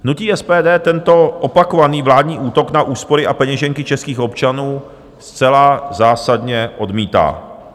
Hnutí SPD tento opakovaný vládní útok na úspory a peněženky českých občanů zcela zásadně odmítá.